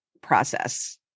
process